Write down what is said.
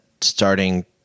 starting